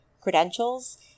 credentials